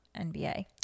NBA